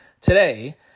today